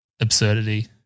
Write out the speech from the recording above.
absurdity